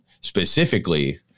specifically